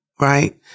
right